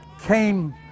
came